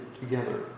together